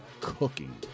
cooking